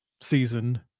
season